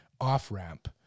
off-ramp